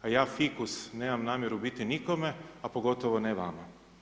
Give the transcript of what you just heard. A ja fikus nemam namjeru biti nikome a pogotovo ne vama.